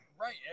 Right